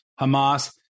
Hamas